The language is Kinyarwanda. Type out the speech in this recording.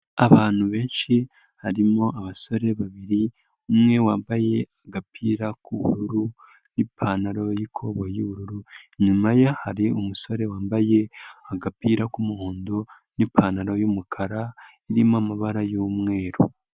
Abantu benshi harimo abasore babiri ,umwe wambaye agapira k'ubururu n'ipantaro yikoboyi y'ubururu, inyuma ye hari umusore wambaye agapira k'umuhondo n'ipantaro y'umukara irimo amabara y'umweru.